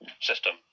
system